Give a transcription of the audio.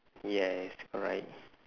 yes alright